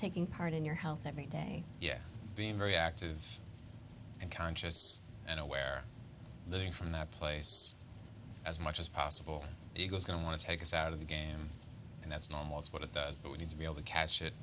taking part in your health every day yet being very active and conscious and aware living from that place as much as possible egos going to want to take us out of the game and that's normal it's what it does but we need to be able to catch it